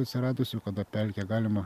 atsiradusių kada pelkę galima